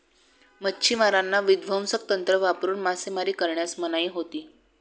मच्छिमारांना विध्वंसक तंत्र वापरून मासेमारी करण्यास मनाई होती